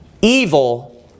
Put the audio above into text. evil